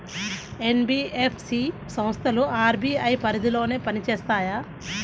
NBFC సంస్థలు RBI పరిధిలోనే పని చేస్తాయా?